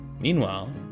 Meanwhile